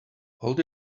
hold